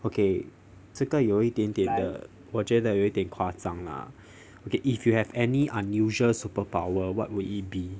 okay 这个有一点点的我觉得有点夸张 lah okay if you have any unusual superpower what would it be